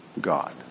God